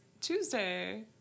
Tuesday